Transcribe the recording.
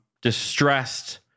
distressed